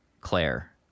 Claire